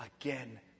again